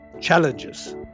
challenges